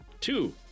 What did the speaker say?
two